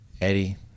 Eddie